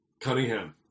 Cunningham